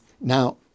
Now